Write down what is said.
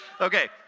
Okay